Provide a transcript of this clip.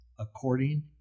according